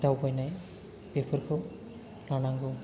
दावबायनाय बेफोरखौ लानांगौ